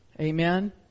Amen